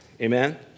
Amen